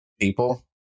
people